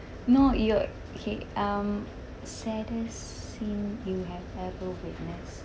no your okay um saddest scene you have ever witness